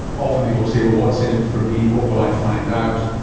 often people say, well, what's in it for me, what will i find out?